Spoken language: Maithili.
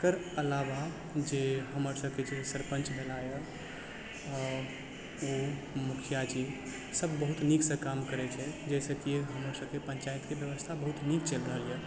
ओकर अलावा जे हमर सबके जे सरपञ्च भेला हँ ओ मुखियाजी सब बहुत नीक सॅं काम करै छथि जाहिसॅं कि हमर सबके पञ्चायत के व्यवस्था बहुत नीक चलि रहल यऽ